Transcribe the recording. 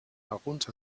alguns